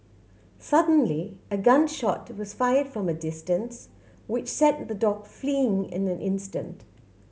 suddenly a gun shot was fired from a distance which sent the dog fleeing in an instant